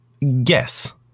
Yes